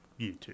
YouTube